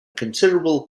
considerable